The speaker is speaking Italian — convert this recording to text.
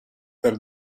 per